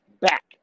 back